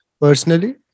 personally